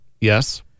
Yes